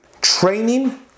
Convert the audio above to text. Training